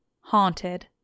haunted